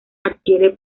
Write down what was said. adquiere